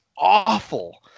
Awful